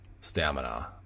stamina